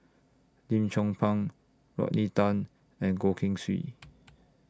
Lim Chong Pang Rodney Tan and Goh Keng Swee